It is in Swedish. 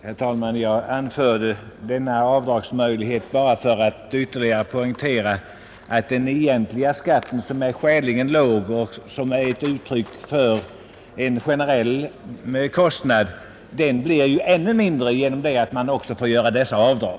Herr talman! Jag anförde avdragsmöjligheten för att ytterligare poängtera att den egentliga traktorskatten, som är skäligen låg och som är ett uttryck för en generell kostnad, blir ännu mindre genom att man också får göra detta avdrag.